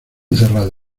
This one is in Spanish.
cerrado